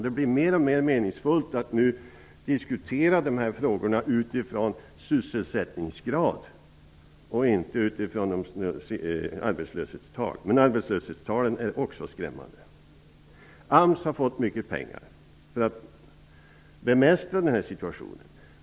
Det blir mer och mer meningsfullt att diskutera dessa frågor utifrån sysselsättningsgrad och inte utifrån arbetslöshetstal, men arbetslöshetstalen är också skrämmande. AMS har fått mycket pengar för att bemästra denna situation.